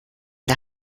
der